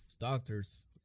doctors